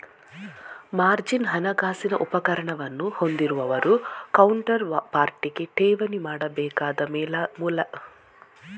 margin ಹಣಕಾಸಿನ ಉಪಕರಣವನ್ನು ಹೊಂದಿರುವವರು ಕೌಂಟರ್ ಪಾರ್ಟಿಗೆ ಠೇವಣಿ ಮಾಡಬೇಕಾದ ಮೇಲಾಧಾರವಾಗಿದೆ